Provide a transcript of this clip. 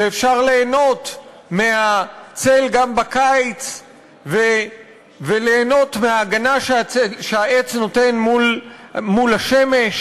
שאפשר ליהנות מהצל גם בקיץ וליהנות מההגנה שהעץ נותן מול השמש.